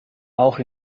auch